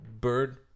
bird